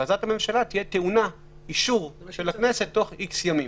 הכרזת הממשלה תהיה טעונה אישור של הכנסת תוך איקס ימים.